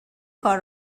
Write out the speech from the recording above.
کار